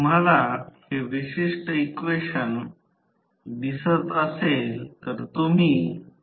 आता हे थेट समजण्यासारखे आहे तर आम्ही थेट लिहित आहोत